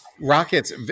rockets